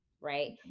right